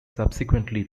subsequently